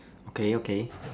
okay okay